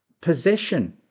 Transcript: possession